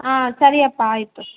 ಹಾಂ ಸರಿ ಅಪ್ಪ ಆಯಿತು